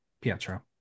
pietro